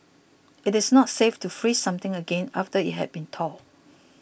it is not safe to freeze something again after it had been thawed